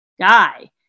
guy